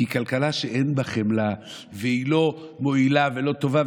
כי כלכלה שאין בה חמלה היא לא מועילה והיא לא טובה.